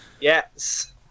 Yes